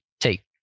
take